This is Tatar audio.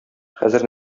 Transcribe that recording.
хәзер